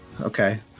Okay